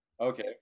Okay